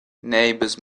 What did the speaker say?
neighbors